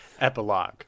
Epilogue